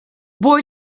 boy